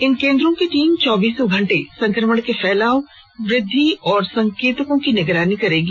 इन केन्द्रों की टीम चौबीसों घंटे संक्रमण के फैलाव वृद्धि और संकेतकों की निगरानी करेगी